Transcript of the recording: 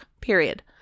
period